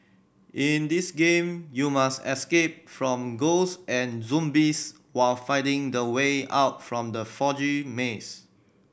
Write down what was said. in this game you must escape from ghosts and zombies while finding the way out from the foggy maze